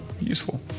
useful